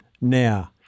now